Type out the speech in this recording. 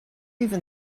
even